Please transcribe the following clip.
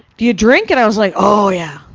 do you drink? and i was like, oh yeah!